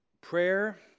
prayer